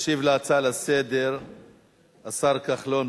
ישיב על ההצעה לסדר השר כחלון,